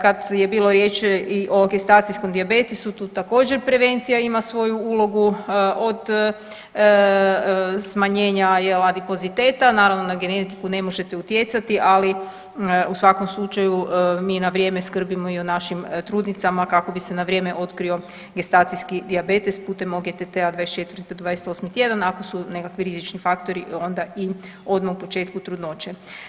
Kad je bilo riječ i o gestacijskom dijabetesu tu također prevencija ima svoju ulogu od smanjenja i adipoziteta, naravno na genetiku ne možete utjecati, ali u svakom slučaju mi na vrijeme skrbimo i o našim trudnicama kako bi se na vrijeme otkrio gestacijski dijabetes putem OGTT-a 24.-28. tjedan ako su nekakvi rizični faktori onda i odmah u početku trudnoće.